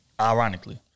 ironically